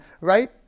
right